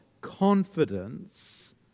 confidence